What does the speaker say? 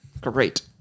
great